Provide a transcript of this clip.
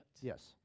Yes